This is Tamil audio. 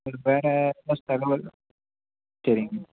வேறு சரிங்க